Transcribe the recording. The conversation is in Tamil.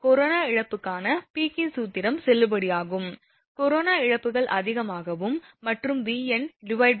இப்போது கொரோனா இழப்புக்கான பீக்கின் சூத்திரம் செல்லுபடியாகும் கொரானா இழப்புகள் அதிகமாகவும் மற்றும் Vn V0 1